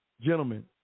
Gentlemen